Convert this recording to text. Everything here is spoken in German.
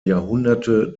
jahrhunderte